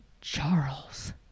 Charles